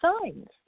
signs